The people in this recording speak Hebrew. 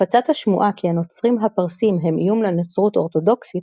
הפצת השמועה כי הנוצרים הפרסים הם איום לנצרות אורתודוקסית